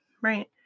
right